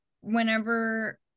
whenever